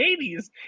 80s